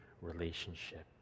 relationship